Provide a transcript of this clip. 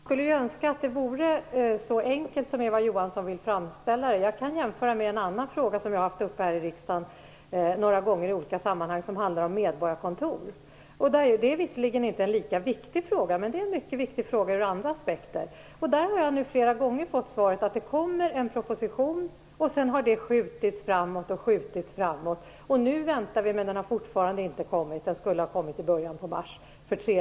Fru talman! Jag skulle önska att det vore så enkelt som Eva Johansson vill framställa det. Jag kan göra jämförelsen med en annan fråga som jag i olika sammanhang har tagit upp här i riksdagen, nämligen frågan om medborgarkontor. Det är visserligen inte en lika viktig fråga. Men det är en mycket viktig fråga ur andra aspekter. Där har jag nu flera gånger fått svaret att det kommer en proposition. Sedan har den skjutits upp gång efter gång. Vi väntar nu på den, men den har fortfarande inte lagts fram. Den skulle ha lagts fram i början på mars.